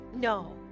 no